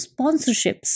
sponsorships